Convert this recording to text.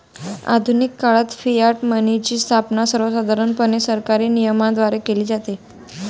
आधुनिक काळात फियाट मनीची स्थापना सर्वसाधारणपणे सरकारी नियमनाद्वारे केली जाते